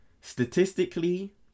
Statistically